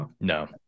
No